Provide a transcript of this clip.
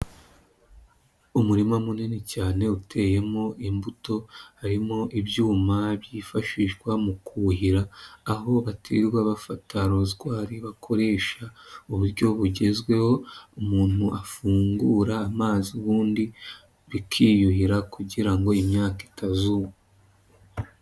Umurima munini cyane uteyemo imbuto harimo ibyuma byifashishwa mu kuhira, aho batirirwa bafata rozwari, bakoresha uburyo bugezweho umuntu afungura amazi ubundi bikiyuhira kugira ngo imyaka itazuma.